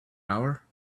hour